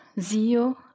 Zio